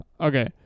Okay